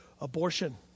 abortion